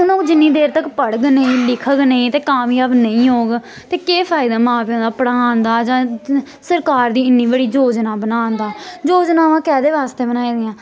हून ओह् जिन्नी देर तक पढ़ग नेईं लिखग नेईं ते कामयाब नेईं होग ते केह् फायदा मां प्यो दा पढ़ान दा जां सरकार दी इन्नी बड़ी योजना बनान दा योजना उ'यां कैह्दे बास्तै बनाई दियां